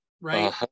right